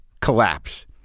collapse